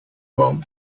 bomb